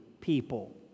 people